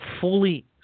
fully